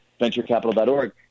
venturecapital.org